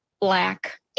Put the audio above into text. Black